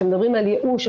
שמדברים על יאושש,